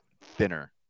thinner